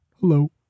hello